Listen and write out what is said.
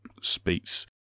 speaks